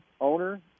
owner